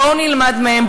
בואו נלמד מהם,